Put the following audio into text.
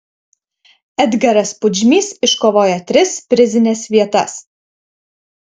edgaras pudžmys iškovojo tris prizines vietas